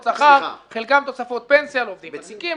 חלקם תוספות פנסיה לעובדים ותיקים,